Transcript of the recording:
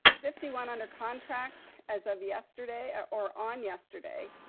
fifty one under contract as of yesterday or or on yesterday.